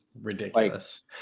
Ridiculous